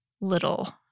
little